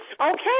okay